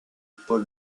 paul